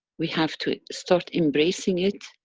we have to start embracing it,